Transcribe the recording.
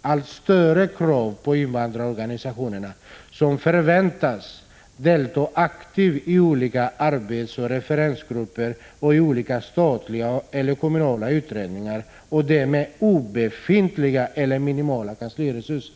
allt större krav på invandrarorganisationerna, som förväntas delta aktivt i olika arbetseller referensgrupper och i olika statliga eller kommunala utredningar, och det med obefintliga eller minimala kansliresurser.